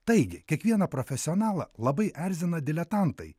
taigi kiekvieną profesionalą labai erzina diletantai